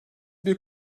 bir